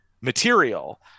material